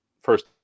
first